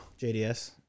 JDS